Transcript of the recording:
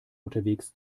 unterwegs